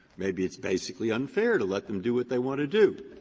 maybe it's basically unfair to let them do what they want to do.